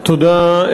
תודה,